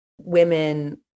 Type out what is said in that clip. women